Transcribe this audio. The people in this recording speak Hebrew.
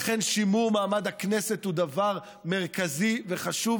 לכן שימור מעמד הכנסת הוא דבר מרכזי וחשוב,